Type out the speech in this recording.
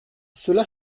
cela